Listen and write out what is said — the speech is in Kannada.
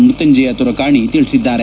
ಮೃತ್ಖುಂಜಯ ತುರಕಾಣಿ ತಿಳಿಸಿದ್ದಾರೆ